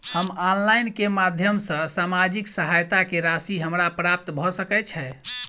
हम ऑनलाइन केँ माध्यम सँ सामाजिक सहायता केँ राशि हमरा प्राप्त भऽ सकै छै?